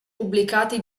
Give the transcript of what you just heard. pubblicati